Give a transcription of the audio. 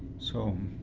so